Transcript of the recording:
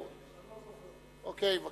אני לא זוכר, אבל